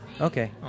Okay